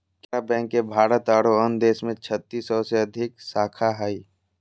Canara bank के भारत आरो अन्य देश में छत्तीस सौ से अधिक शाखा हइ